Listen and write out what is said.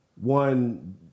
one